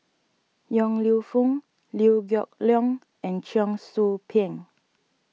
Yong Lew Foong Liew Geok Leong and Cheong Soo Pieng